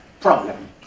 problem